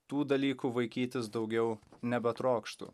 tų dalykų vaikytis daugiau nebetrokštu